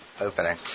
opening